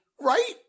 Right